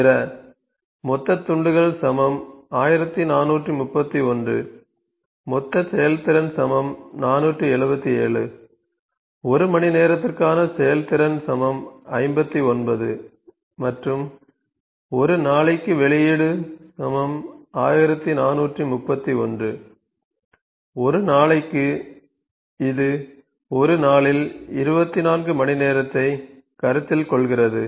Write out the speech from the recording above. திற மொத்த துண்டுகள் 1431 மொத்த செயல்திறன் 477 ஒரு மணி நேரத்திற்கான செயல்திறன் 59 மற்றும் ஒரு நாளைக்கு வெளியீடு 1431 ஒரு நாளைக்கு இது ஒரு நாளில் 24 மணிநேரத்தை கருத்தில் கொள்கிறது